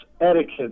etiquette